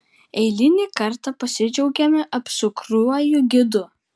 eilinį kartą pasidžiaugiame apsukriuoju gidu